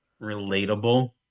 relatable